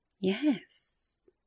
yes